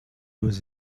was